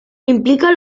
implica